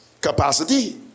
capacity